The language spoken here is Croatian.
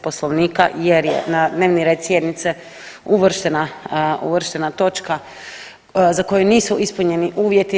Poslovnika jer je na dnevni red sjednice uvrštena, uvrštena točka za koju nisu ispunjeni uvjeti.